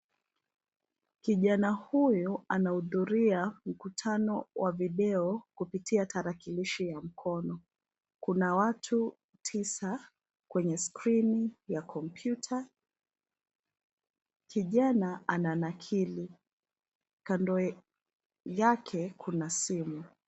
Kijana huyu anahudhuria mkutano wa video kupitia tarakilishi ya mkono. Kuna watu tisa kwenye skrini ya kompyuta. Kijana ananakili. Kando yake kuna simu.